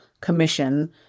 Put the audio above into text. commission